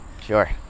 Sure